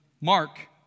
Mark